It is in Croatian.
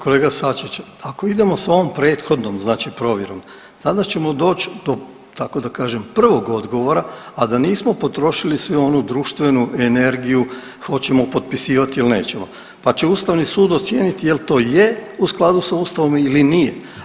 Kolega Sačiću, ako idemo s ovom prethodnom znači provjerom danas ćemo doći tako da kažem prvog odgovora, a da nismo potrošili svi onu društvenu energiju hoćemo potpisivati ili nećemo pa će Ustavni sud ocijeniti je li to je u skladu s Ustavom ili nije.